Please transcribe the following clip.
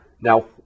Now